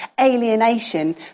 alienation